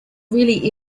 really